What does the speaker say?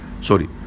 Sorry